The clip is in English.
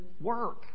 work